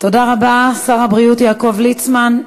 תודה רבה, שר הבריאות יעקב ליצמן.